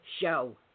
show